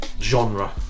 genre